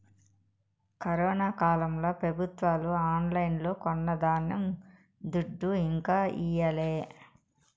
corona కాలంల పెబుత్వాలు ఆన్లైన్లో కొన్న ధాన్యం దుడ్డు ఇంకా ఈయలే